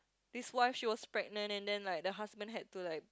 this wife she was pregnant and then like the husband had to like